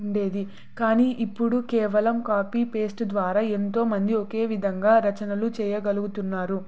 ఉండేది కానీ ఇప్పుడు కేవలం కాపీ పేస్ట్ ద్వారా ఎంతోమంది ఒకే విధంగా రచనలు చేయగలుగుతున్నారు